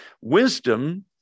Wisdom